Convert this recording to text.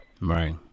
Right